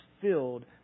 filled